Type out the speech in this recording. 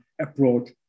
approach